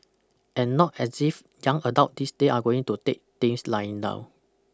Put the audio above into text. and not as if young adults these days are going to take things lying down